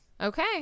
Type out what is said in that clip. Okay